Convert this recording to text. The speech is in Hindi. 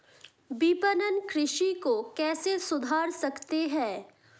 विपणन कृषि को कैसे सुधार सकते हैं?